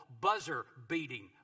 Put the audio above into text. buzzer-beating